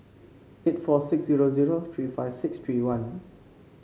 eight four six zero zero three five six three one